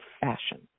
fashion